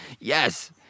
Yes